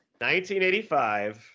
1985